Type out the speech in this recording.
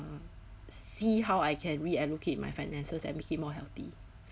see how I can reallocate my finances and make it more healthy